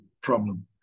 problem